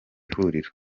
huriro